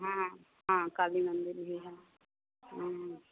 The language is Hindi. हाँ हाँ काली मंदिर भी है हाँ